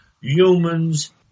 Humans